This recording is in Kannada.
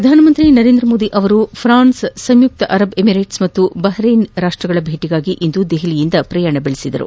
ಪ್ರಧಾನಮಂತ್ರಿ ನರೇಂದ್ರ ಮೋದಿ ಅವರು ಫ್ರಾನ್ಸ್ ಸಂಯುಕ್ತ ಅರಬ್ ಎಮಿರೇಟ್ಸ್ ಮತ್ತು ಬಹ್ರೇನ್ ರಾಷ್ಟ್ಮಗಳ ಭೇಟಿಗಾಗಿ ಇಂದು ದೆಹಲಿಯಿಂದ ಪ್ರಯಾಣ ಬೆಳೆಸಿದರು